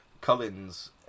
Collins